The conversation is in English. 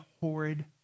horrid